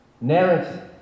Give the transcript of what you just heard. narrative